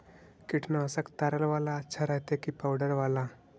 कीटनाशक तरल बाला अच्छा रहतै कि पाउडर बाला?